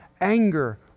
anger